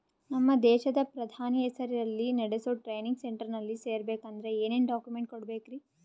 ನಮ್ಮ ದೇಶದ ಪ್ರಧಾನಿ ಹೆಸರಲ್ಲಿ ನೆಡಸೋ ಟ್ರೈನಿಂಗ್ ಸೆಂಟರ್ನಲ್ಲಿ ಸೇರ್ಬೇಕಂದ್ರ ಏನೇನ್ ಡಾಕ್ಯುಮೆಂಟ್ ಕೊಡಬೇಕ್ರಿ?